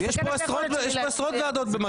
אני מפספסת -- יש פה עשרות ועדות במקביל.